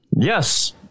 Yes